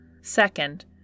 Second